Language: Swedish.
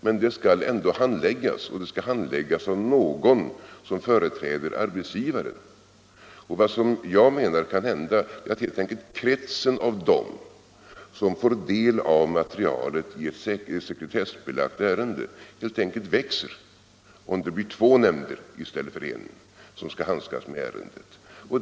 Men de skall ändå handläggas, och de skall handläggas av någon som företräder arbetsgivaren. Vad jag menar kan hända är att kretsen av dem som får del av materialet i ett sekretessbelagt ärende helt enkelt växer om det blir två nämnder i stället för en som skall handskas med ärendet.